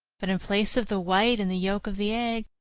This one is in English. but in place of the white and the yolk of the egg,